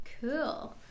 Cool